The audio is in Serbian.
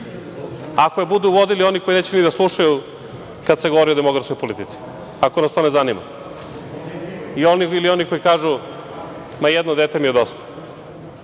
ako je budu vodili oni koji neće da slušaju kada se govori o demografskoj politici, ako nas to ne zanima ili oni koji kažu, ma jedno mi je dete dosta.